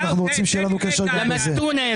אפילו הנסיעות ל חו"ל.